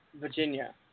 Virginia